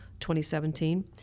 2017